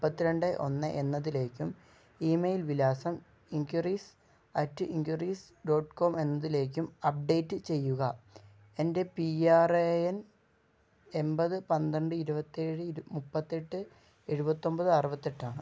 മുപ്പത്തിരണ്ട് ഒന്ന് എന്നതിലേക്കും ഇ മെയിൽ വിലാസം enquiries at enquiries dot com എന്നതിലേക്കും അപ്ഡേറ്റ് ചെയ്യുക എൻ്റെ പി ആർ എ എൻ എണ്പത് പന്ത്രണ്ട് ഇരുപത്തിയേഴ് മുപ്പത്തിയെട്ട് എഴുപത്തി ഒന്പത് അറുപത്തിയെട്ടാണ്